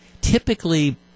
typically –